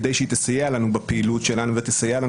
כדי שהיא תסייע לנו בפעילות שלנו ותסייע לנו